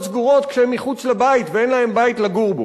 סגורות כשהם מחוץ לבית ואין להם בית לגור בו.